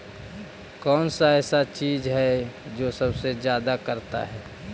कौन सा ऐसा चीज है जो सबसे ज्यादा करता है?